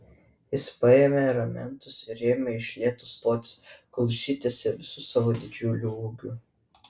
jis paėmė ramentus ir ėmė iš lėto stotis kol išsitiesė visu savo didžiuliu ūgiu